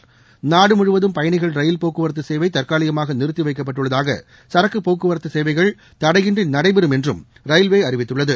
ரயில் நாடுமுவதும் பயணிகள் போக்குவரத்துசேவைதற்காலிகமாகநிறுத்திவைக்கப்பட்டுள்ளதாகசரக்குப் போக்குவரத்துசேவைகள் தடையின்றிநடைபெறும் என்றுரயில்வேஅறிவித்துள்ளது